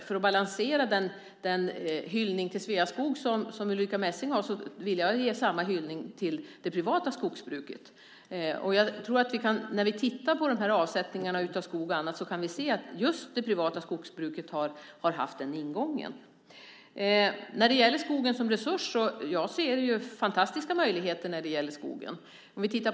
För att balansera den hyllning till Sveaskog som Ulrica Messing framförde vill jag ge samma hyllning till det privata skogsbruket. När vi tittar på avsättningarna av skog och annat kan vi se att just det privata skogsbruket har haft den ingången. Jag ser fantastiska möjligheter när det gäller skogen som resurs.